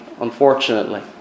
unfortunately